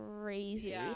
Crazy